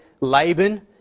Laban